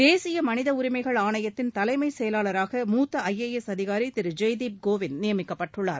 தேசிய மனித உரிமைகள் ஆணையத்தின் தலைமை செயலாளராக மூத்த ஐ ஏ எஸ் அதிகாரி திரு ஜெய்தீப் கோவிந்த் நியமிக்கப்பட்டுள்ளார்